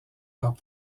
leurs